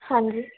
ਹਾਂਜੀ